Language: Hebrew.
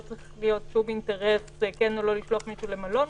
צריך להיות שום אינטרס אם לשלוח או לא לשלוח מישהו למלון.